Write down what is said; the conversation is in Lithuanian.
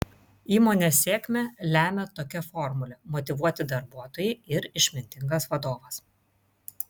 įmonės sėkmę lemią tokia formulė motyvuoti darbuotojai ir išmintingas vadovas